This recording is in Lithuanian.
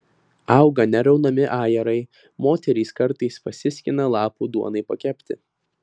auga neraunami ajerai moterys kartais pasiskina lapų duonai pakepti